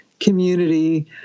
community